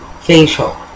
facial